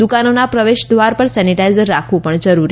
દુકાનોના પ્રવેશ દ્વાર પર સેનિટાઇઝર રાખવું પણ જરૂરી છે